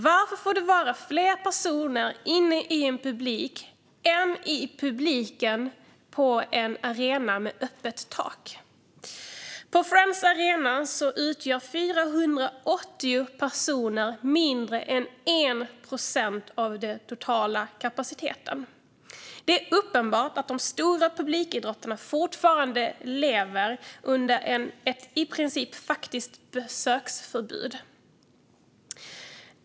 Varför får det vara fler personer i en butik inomhus än det får vara i publiken på en arena där taket är öppet? På Friends Arena utgör 480 personer mindre än 1 procent av den totala kapaciteten. Det är uppenbart att de stora publikidrotterna fortfarande lever med ett i princip faktiskt besöksförbud.